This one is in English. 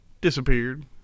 disappeared